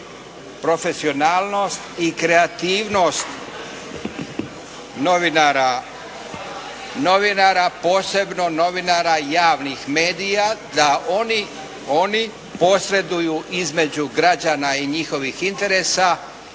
profesionalnost i kreativnost novinara posebno novinara javnih medija da oni posreduju između građana i njihovih interesa